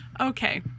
Okay